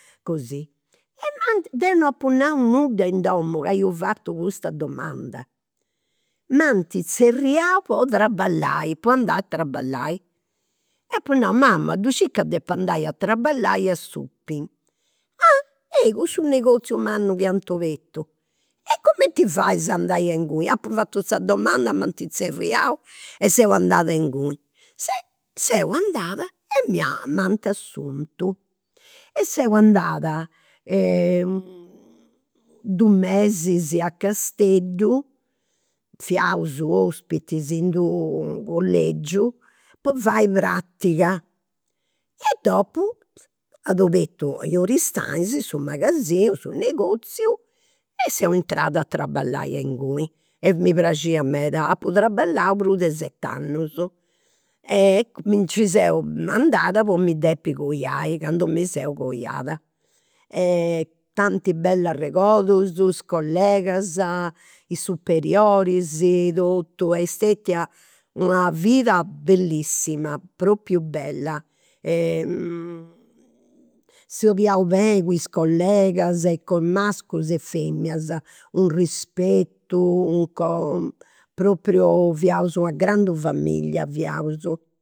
Così, e m'ant. Deu non apu nau nudda in domu ca iu fatu custa domanda. M'ant zerriau po traballai, po andai a traballai. E apu nau, mama ddu scit ca depu andai a traballai a s'Upim. Cussu negoziu mannu chi ant obertu. E cumenti fais andai a inguni? Apu fatu sa domanda e m'ant zerriau e seu andada inguni. Se seu andada e m'ant assuntu. E seu andada dus mesis a Casteddu, fiaus ospitis in d'unu collegiu, po fai pratiga. E dopu, at obertu in Aristanis su magasinu, su negoziu, e seu intrada a traballai inguni. E mi praxiat meda, apu traballau prus de set'annus. Mi nci seu andada po mi depi coiai, candu mi seu coiada. Tanti bellus arregodus, is collegas, i' superioris e totu. Est una vida bellissima, propriu bella. Si 'oliaus beni cun is collegas, cun mascus e feminas. Unu rispettu, u' co proprio fiaus una grandu familia